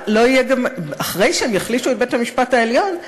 אחרי שהם יחלישו את בית-המשפט העליון,